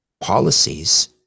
policies